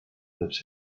lives